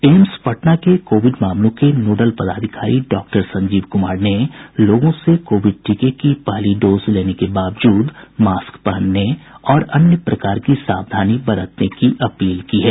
AIIMS Patna के Covid मामलों के नोडल पदाधिकारी डॉक्टर संजीव कुमार ने लोगों से कोविड टीके की पहली खुराक लेने के बावजूद मास्क पहनने और अन्य प्रकार की सावधानी बरतने की अपील की है